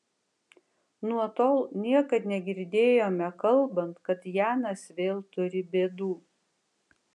nuo tol niekad negirdėjome kalbant kad janas vėl turi bėdų